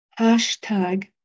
hashtag